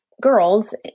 girls